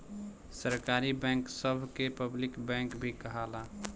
सरकारी बैंक सभ के पब्लिक बैंक भी कहाला